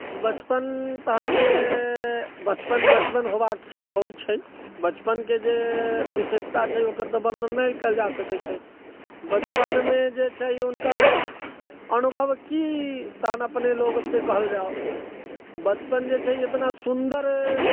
बचपन तहन जे बचपन होबा के छै होइ छै बचपन के जे विशेषता छै ओकर त वर्णन नहि कयल जा सकै छै बचपन मे जे छै हुनकर अनुभव की तहन अपने लोग से कहल जाउ बचपन जे छै इतना सुन्दर